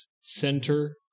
Center